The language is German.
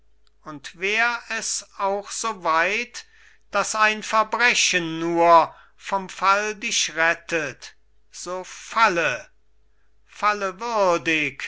und wär es auch so weit daß ein verbrechen nur vom fall dich rettet so falle falle würdig